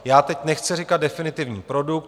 Já teď nechci říkat definitivní produkt.